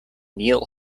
neil